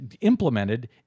implemented